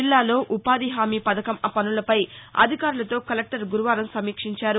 జిల్లాలో ఉపాధిహామీ పథకం పనులపై అధికారులతో కలెక్టర్ గురువారం సమీక్షించారు